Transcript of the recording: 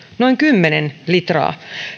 noin kymmenen litraa